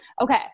Okay